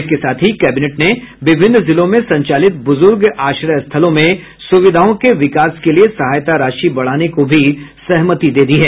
इसके साथ ही कैबिनेट ने विभिन्न जिलों में संचालित बुजुर्ग आश्रय स्थलों में सुविधाओं के विकास के लिए सहायता राशि को बढ़ाने को भी सहमति दी है